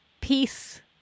peace